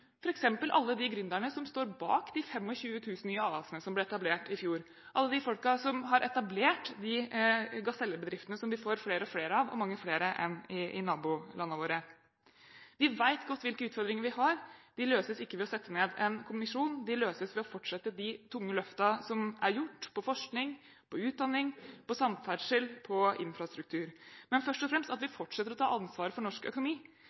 alle de gründerne som står bak de 25 000 nye AS-ene som ble etablert i fjor, og alle de folkene som har etablert bedrifter som er blitt gasellebedrifter som vi får flere og flere av – mange flere enn i nabolandene våre. Vi vet godt hvilke utfordringer vi har. De løses ikke ved å sette ned en kommisjon. De løses ved å fortsette de tunge løftene som er gjort på forskning, utdanning, samferdsel og infrastruktur, men først og fremst ved at vi fortsetter å ta ansvar for norsk økonomi,